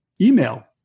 email